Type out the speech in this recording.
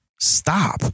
stop